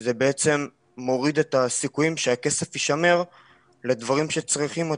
זה מוריד את הסיכויים שהכסף יישמר לדברים שצריכים אותם,